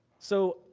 so,